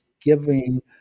giving